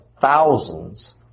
thousands